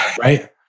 right